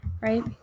right